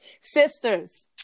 sisters